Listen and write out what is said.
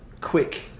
quick